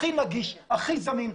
הכי נגיש והכי זמין.